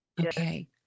Okay